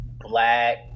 black